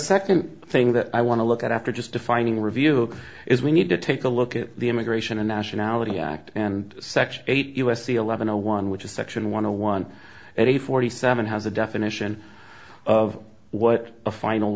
second thing that i want to look at after just defining review is we need to take a look at the immigration and nationality act and section eight u s c eleven zero one which is section want to one every forty seven has a definition of what a final